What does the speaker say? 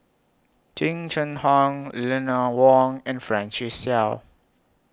Jing Jun Hong Eleanor Wong and Francis Seow